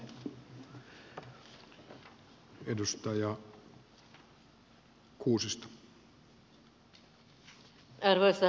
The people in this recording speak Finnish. arvoisa puhemies